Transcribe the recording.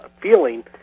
feeling